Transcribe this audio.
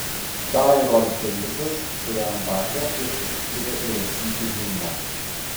tą įrodė denisas kuriam batia ir paskyrė įrašyti himną